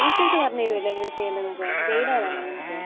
teachers പറഞ്ഞു തരുമല്ലോ എങ്ങനെയാണ് ചെയ്യേണ്ടതെന്നൊക്കെ ഗൈഡ് ആരാണ് നിനക്ക്